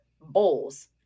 bowls